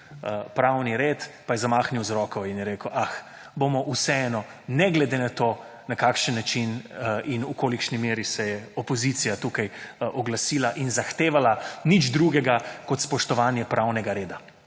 pravni red, pa je zamahnil z roko in je rekel, ah, bomo vseeno ne glede na to na kakšen način in v kolikšni meri se je opozicija tukaj oglasila in zahtevala nič drugega kot spoštovanje pravnega reda.